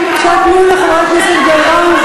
בבקשה תנו לחברת הכנסת גלאון,